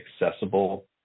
accessible